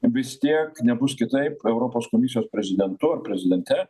vis tiek nebus kitaip europos komisijos prezidentu ar prezidente